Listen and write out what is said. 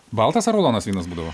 baltas ar raudonas vynas būdavo